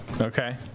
Okay